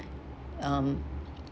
um